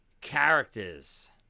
characters